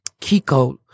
Kiko